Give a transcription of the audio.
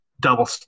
double